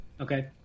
Okay